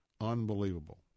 Unbelievable